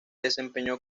desempeñó